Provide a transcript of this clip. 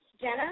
Jenna